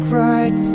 right